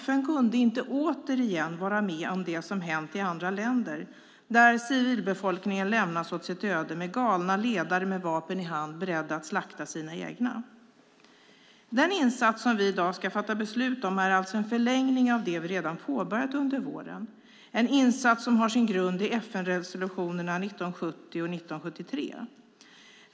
FN kunde inte heller återigen vara med om det som hänt i andra länder, där civilbefolkningen lämnats åt sitt öde med galna ledare med vapen i hand, beredda att slakta sina egna. Den insats vi i dag ska fatta beslut om är alltså en förlängning av det vi redan påbörjat under våren. Det är en insats som har sin grund i FN-resolutionerna 1970 och 1973.